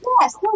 Yes